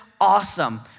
awesome